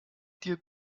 dir